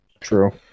True